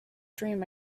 dream